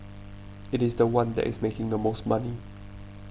it is the one that is making the most money